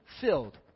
filled